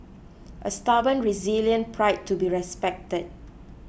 a stubborn resilient pride to be respected